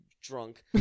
drunk